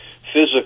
physical